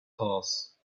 horse